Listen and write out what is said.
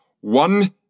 One